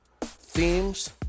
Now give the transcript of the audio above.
themes